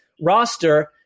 roster